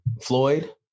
Floyd